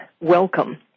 welcome